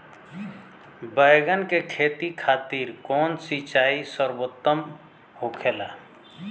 बैगन के खेती खातिर कवन सिचाई सर्वोतम होखेला?